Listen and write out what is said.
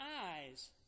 eyes